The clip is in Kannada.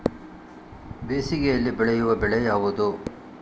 ಬೇಸಿಗೆಯಲ್ಲಿ ಬೆಳೆಯುವ ಬೆಳೆ ಯಾವುದು?